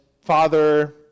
father